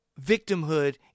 victimhood